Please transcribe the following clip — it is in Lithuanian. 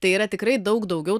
tai yra tikrai daug daugiau